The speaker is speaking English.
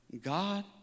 God